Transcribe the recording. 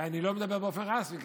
ואני לא מדבר באופן רשמי,